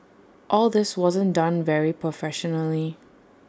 all this wasn't done very professionally